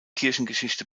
kirchengeschichte